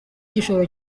igishoro